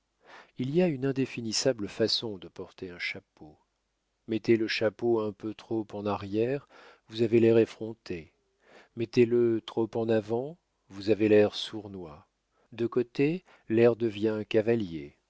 il y a une indéfinissable façon de porter un chapeau mettez le chapeau un peu trop en arrière vous avez l'air effronté mettez-le trop en avant vous avez l'air sournois de côté l'air devient cavalier